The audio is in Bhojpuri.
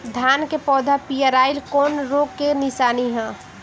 धान के पौधा पियराईल कौन रोग के निशानि ह?